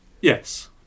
Yes